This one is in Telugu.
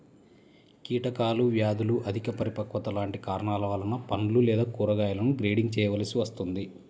కీటకాలు, వ్యాధులు, అధిక పరిపక్వత లాంటి కారణాల వలన పండ్లు లేదా కూరగాయలను గ్రేడింగ్ చేయవలసి వస్తుంది